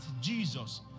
Jesus